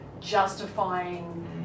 justifying